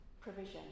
provision